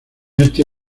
este